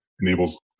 enables